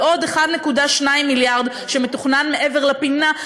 ועוד 1.2 מיליארד שמתוכנן מעבר לפינה,